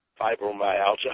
fibromyalgia